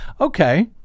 Okay